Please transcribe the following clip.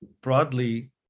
broadly